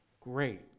great